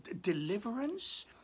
deliverance